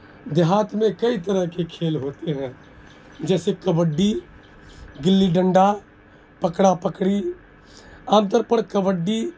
دیہات میں کئی طرح کے کھیل ہوتے ہیں جیسے کبڈی گلی ڈنڈا پکڑا پکڑی عام طور پر کبڈی